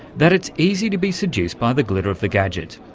that it's easy to be seduced by the glitter of the gadget.